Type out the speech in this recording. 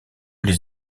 les